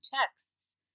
texts